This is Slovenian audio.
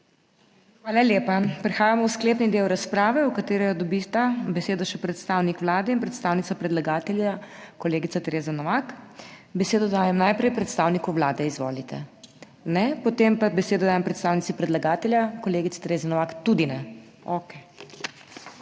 Hvala lepa. Prehajamo v sklepni del razprave v katerem dobita besedo še predstavnik Vlade in predstavnica predlagatelja, kolegica Tereza Novak. Besedo dajem najprej predstavniku Vlade, izvolite. Ne. Potem pa besedo dajem predstavnici predlagatelja, kolegici Treza Novak. Tudi ne. okej.